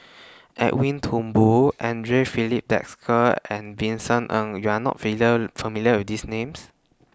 Edwin Thumboo Andre Filipe Desker and Vincent Ng YOU Are not familiar with These Names